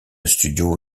studio